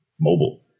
mobile